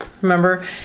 Remember